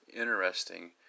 interesting